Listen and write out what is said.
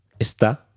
está